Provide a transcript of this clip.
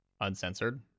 uncensored